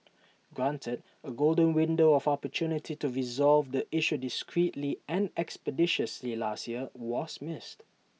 granted A golden window of opportunity to resolve the issue discreetly and expeditiously last year was missed